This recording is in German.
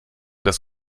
dass